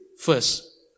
First